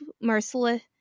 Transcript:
merciless